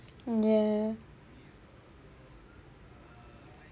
mm yeah